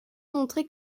montré